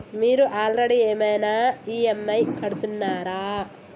మీరు ఆల్రెడీ ఏమైనా ఈ.ఎమ్.ఐ కడుతున్నారా?